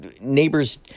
neighbors